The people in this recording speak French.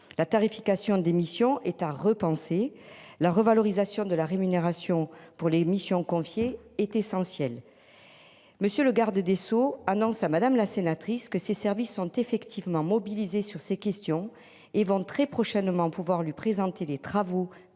La tarification des missions est à repenser la revalorisation de la rémunération pour les missions confiées est essentiel. Monsieur le garde des Sceaux annonce à madame la sénatrice, que ses services ont effectivement mobilisés sur ces questions et vont très prochainement pouvoir lui présenter les travaux